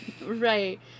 Right